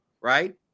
right